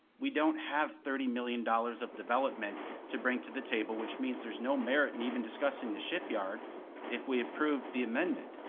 we don't have thirty million dollars of development to bring to the table which means there's no merit in even discussing the shipyard if we approve the amendment.